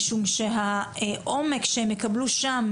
משום שהעומק שהם יקבלו שם,